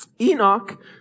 Enoch